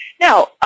Now